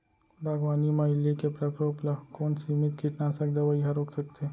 बागवानी म इल्ली के प्रकोप ल कोन सीमित कीटनाशक दवई ह रोक सकथे?